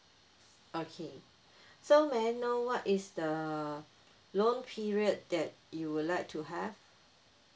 okay so may I know what is the loan period that you would like to have